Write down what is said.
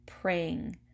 Praying